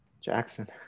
Jackson